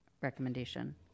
recommendation